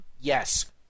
Yes